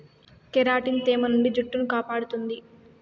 keratin తేమ నుండి జుట్టును కాపాడుతుంది